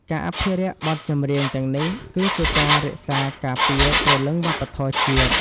ការអភិរក្សបទចម្រៀងទាំងនេះ គឺជាការរក្សាការពារព្រលឹងវប្បធម៌ជាតិ។